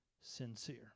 sincere